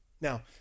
Now